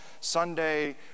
Sunday